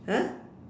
!huh!